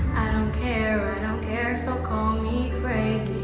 care i don't care. so call me crazy